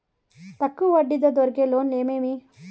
తక్కువ వడ్డీ తో దొరికే లోన్లు ఏమేమి